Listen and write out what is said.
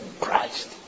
Christ